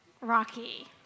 Rocky